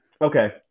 Okay